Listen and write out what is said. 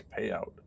payout